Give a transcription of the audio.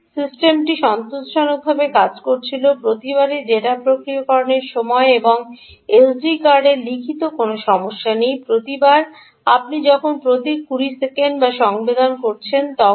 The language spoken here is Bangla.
সিস্টেমটি সন্তোষজনকভাবে কাজ করছিল প্রতিবার ডেটা প্রক্রিয়াকরণের সময় এবং এসডি কার্ডে লিখিত কোনও সমস্যা নেই প্রতিবার আপনি যখন প্রতি 20 সেকেন্ডে বা সেন্স করছেন তখন